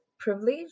privilege